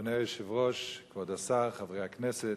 אדוני היושב-ראש, כבוד השר, חברי הכנסת,